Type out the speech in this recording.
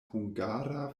hungara